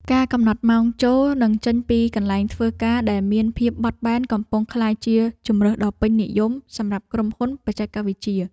ការកំណត់ម៉ោងចូល និងចេញពីកន្លែងធ្វើការដែលមានភាពបត់បែនកំពុងក្លាយជាជម្រើសដ៏ពេញនិយមសម្រាប់ក្រុមហ៊ុនបច្ចេកវិទ្យា។